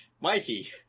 Mikey